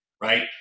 Right